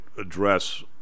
address